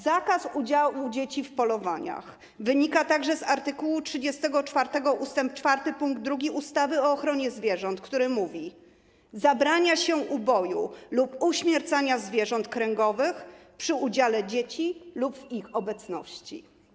Zakaz udziału dzieci w polowaniach wynika także z art. 34 ust. 4 pkt 2 ustawy o ochronie zwierząt, który stanowi: Zabrania się uboju lub uśmiercania zwierząt kręgowych przy udziale dzieci lub w ich obecności.